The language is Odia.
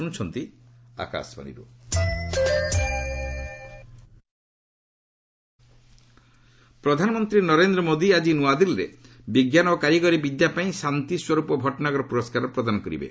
ଶାନ୍ତିସ୍ୱରୂପ ପ୍ରାଇଜ୍ ପ୍ରଧାନମନ୍ତ୍ରୀ ନରେନ୍ଦ୍ର ମୋଦି ଆକି ନୂଆଦିଲ୍ଲୀରେ ବିଜ୍ଞାନ ଓ କାରିଗରୀ ବିଦ୍ୟାପାଇଁ ଶାନ୍ତିସ୍ୱର୍ପ ପଟ୍ଟନଗର ପୁରସ୍କାର ପ୍ରଦାନ କରିବେ